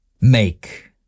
Make